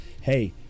Hey